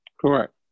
Correct